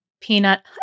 Peanut